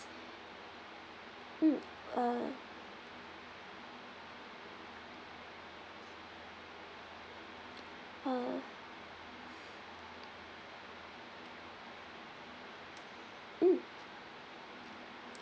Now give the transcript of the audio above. mm uh uh mm